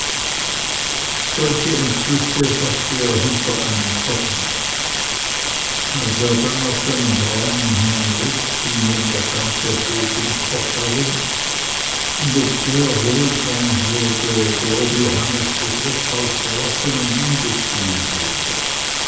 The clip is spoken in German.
solche entschlüsse faßte er hinter einem schoppen als er dann auf seinem braunen heimritt ging ihm der ganze hof im kopf herum und ob der wohl sein würde oder ob johannes das wirtshaus verlassen und ihn beziehen würde